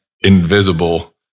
invisible